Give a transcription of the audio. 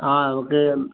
ആ നമ്മുക്ക്